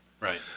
Right